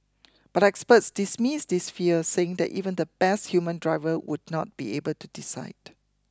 but experts dismiss this fear saying that even the best human driver would not be able to decide